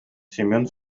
семен